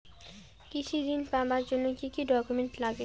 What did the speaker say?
কৃষি ঋণ পাবার জন্যে কি কি ডকুমেন্ট নাগে?